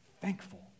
thankful